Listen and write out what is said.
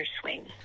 swing